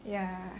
ya